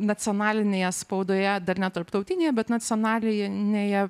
nacionalinėje spaudoje dar ne tarptautinėje bet nacionalinėje